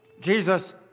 Jesus